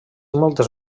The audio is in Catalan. moltes